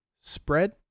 Spread